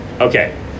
Okay